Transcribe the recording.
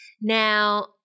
Now